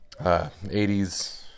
80s